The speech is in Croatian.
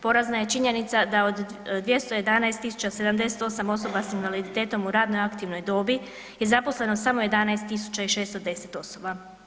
Porazna je činjenica da od 211 078 osoba sa invaliditetom u radno aktivnoj dobi je zaposleno samo 11 610 osoba.